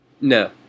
No